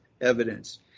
evidence